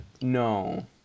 No